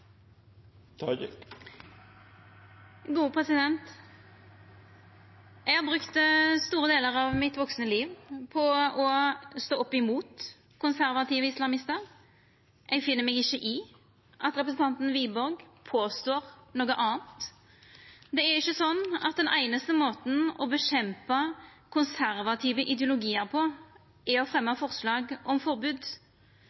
Eg har brukt store delar av mitt vaksne liv på å stå opp imot konservative islamistar. Eg finn meg ikkje i at representanten Wiborg påstår noko anna. Det er ikkje slik at den einaste måten å kjempa mot konservative ideologiar på er å